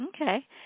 Okay